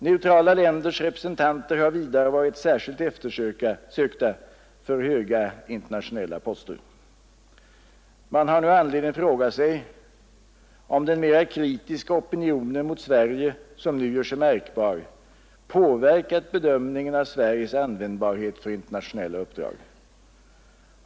Neutrala länders representanter har vidare varit särskilt eftersökta för höga internationella poster. Man har nu anledning fråga sig om den mera kritiska opinionen mot Sverige, som nu gör sig märkbar, påverkat bedömningen av Sveriges användbarhet för internationella uppdrag.